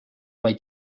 vaid